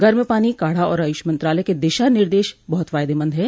गर्म पानी काढ़ा और आयुष मंत्रालय के दिशा निर्देश बहुत फायदेमंद हैं